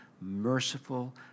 merciful